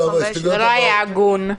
זה לא היה הגון.